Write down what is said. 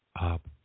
up